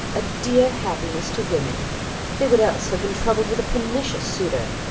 a dear happiness to women they would else have been troubled with a pernicious suitor.